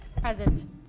Present